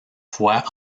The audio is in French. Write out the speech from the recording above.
fois